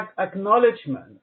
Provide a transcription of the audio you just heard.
acknowledgement